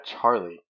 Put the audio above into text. Charlie